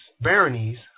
baronies